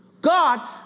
God